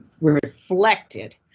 reflected